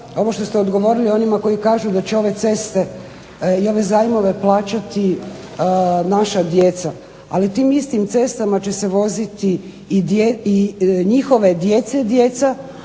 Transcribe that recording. ovo što ste odgovorili onima koji kažu da će ove ceste i ove zajmove plaćati naša djeca, ali tim istim cestama će se voziti i njihove djece djeca,